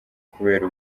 kubera